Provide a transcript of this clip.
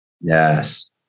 Yes